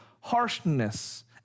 harshness